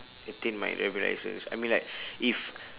attain my driver licence I mean like if